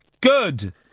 good